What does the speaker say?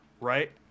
right